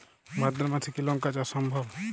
ভাদ্র মাসে কি লঙ্কা চাষ সম্ভব?